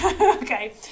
Okay